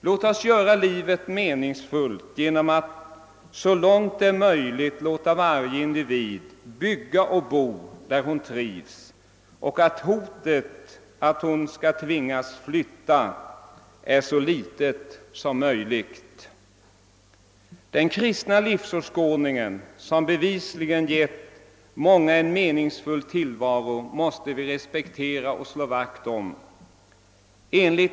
Låt oss göra livet meningsfullt genom att så långt det är möjligt låta varje individ bygga och bo där hon trivs. Hotet att tvingas flytta måste vara så litet som möjligt. Den kristna livsåskådningen, som bevisligen gett många en meningsfull tillvaro, måste vi respektera och slå vakt om.